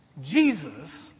Jesus